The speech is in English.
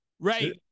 Right